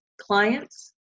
clients